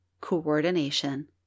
coordination